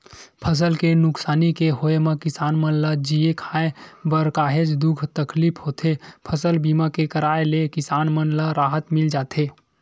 फसल के नुकसानी के होय म किसान मन ल जीए खांए बर काहेच दुख तकलीफ होथे फसल बीमा के कराय ले किसान मन ल राहत मिल जाथे